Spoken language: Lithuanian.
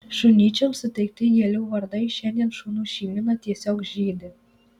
šunyčiams suteikti gėlių vardai šiandien šunų šeimyna tiesiog žydi